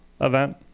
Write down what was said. Event